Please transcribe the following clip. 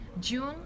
June